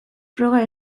froga